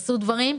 עשו דברים,